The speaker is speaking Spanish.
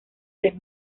tres